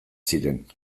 ziren